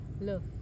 Love